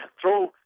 throw